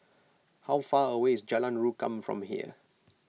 how far away is Jalan Rukam from here